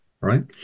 right